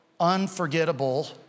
unforgettable